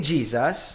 Jesus